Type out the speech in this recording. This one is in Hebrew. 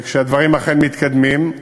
והדברים אכן מתקדמים.